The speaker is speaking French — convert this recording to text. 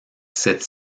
cette